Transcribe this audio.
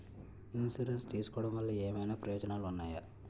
Insurance తీసుకోవటం వల్ల ఏమైనా ప్రయోజనాలు ఉన్నాయా?